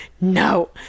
no